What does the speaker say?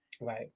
right